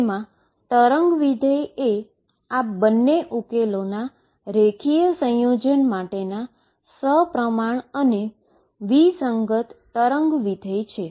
જેમાં વેવ ફંક્શનએ આ બંને ઉકેલોના લીનીઅર કોમ્બીનેશન માટેના સીમેટ્રીક અને એન્ટી સીમેટ્રીક વેવ ફંક્શન છે